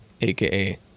aka